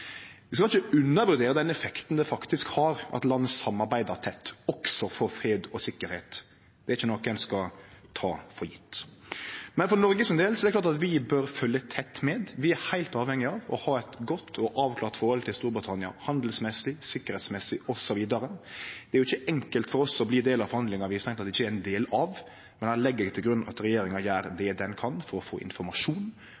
Vi skal ikkje undervurdere den effekten det faktisk har at land samarbeider tett, også for fred og sikkerheit. Det er ikkje noko ein skal ta for gjeve. For Noregs del er det klart at vi bør følgje tett med. Vi er heilt avhengige av å ha eit godt og avklara forhold til Storbritannia når det gjeld handel, sikkerheit osv. Det er jo ikkje enkelt for oss å bli ein del av forhandlingar vi strengt teke ikkje er ein del av, men der legg eg til grunn at regjeringa gjer